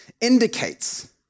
indicates